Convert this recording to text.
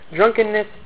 drunkenness